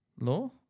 Law